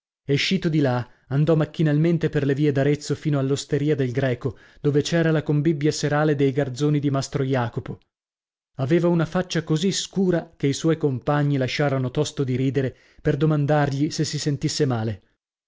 bottega escito di là andò macchinalmente per le vie d'arezzo fino all'osteria del greco dove c'era la combibbia serale dei garzoni di mastro jacopo aveva una faccia così scura che i suoi compagni lasciarono tosto di ridere per domandargli se si sentisse male